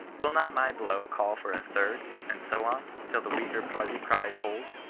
will not my blow call for a third, and so on, till the weaker party cries hold?